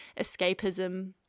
escapism